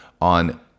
on